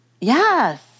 Yes